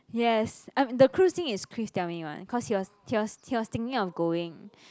yes um the cruise thing is Chris tell me one cause he was he was he was thinking of going